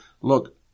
look